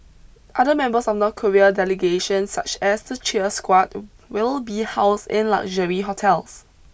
other members of North Korea delegation such as the cheer squad will be housed in luxury hotels